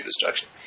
destruction